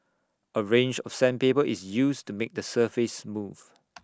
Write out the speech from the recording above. A range of sandpaper is used to make the surface smooth